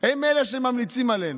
הם אלה שממליצים עלינו.